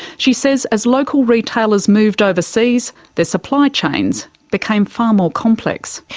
she says as local retailers moved overseas, their supply chains became far more complex.